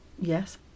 Yes